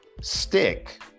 stick